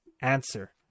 answer